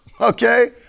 Okay